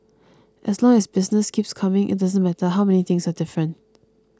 as long as business keeps coming it doesn't matter how many things are different